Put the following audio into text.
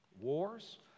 wars